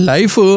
Life